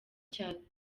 cyatuma